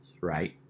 right